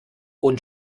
und